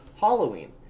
Halloween